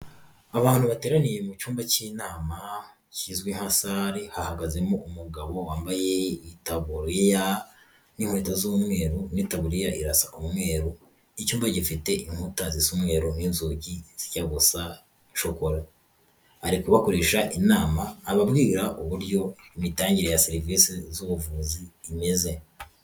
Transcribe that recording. Abantu bateraniye mu cyumba cy'inama kizwi nka sale, hahagazemo umugabo wambaye itaburiya n'inkweto z'umweru n'itaburiya irasa umweru. Icyumba gifite inkuta zisa umweru n'inzugi zijya gusa shokora, ari kubakoresha inama ababwira uburyo imitangire ya serivisi z'ubuvuzi imeze.